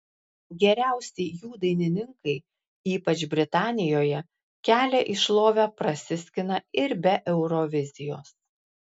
geriausi jų dainininkai ypač britanijoje kelią į šlovę prasiskina ir be eurovizijos